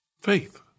faith